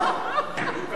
in.